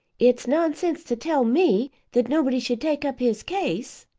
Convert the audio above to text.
it's nonsense to tell me that nobody should take up his case.